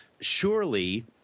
surely